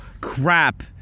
crap